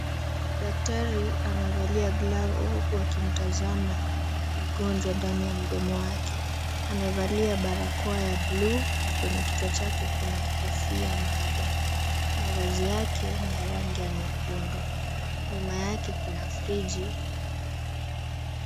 Daktari amevalia glavu huku akimtazama mgonjwa ndani ya mdomo wake. Amevalia barakoa ya blue na kwenye kichwa chake kuna kofia maalum. Mavazi yake ni ya rangi ya nyekundu. Nyuma yake kuna friji .